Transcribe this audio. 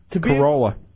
Corolla